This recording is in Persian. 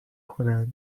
کنند